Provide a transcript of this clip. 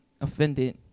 offended